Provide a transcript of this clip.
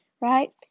right